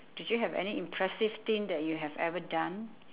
did you have any impressive thing you have ever done